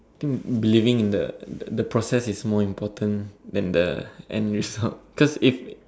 believing in the process is more important than the end result cause if